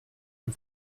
dem